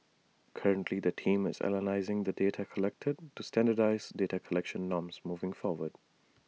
currently the team is analysing the data collected to standardise data collection norms moving forward